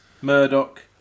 Murdoch